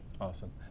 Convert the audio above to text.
Awesome